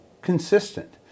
consistent